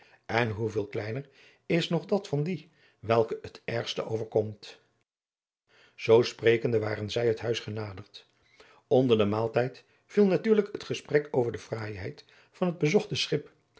en hoe veel kleiner is nog dat van die welke het ergste overkomt zoo sprekende waren zij het huis genaderd onder den maaltijd viel natuurlijk het gesprek over de fraaiheid van het bezochte schip